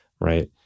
right